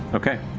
okay.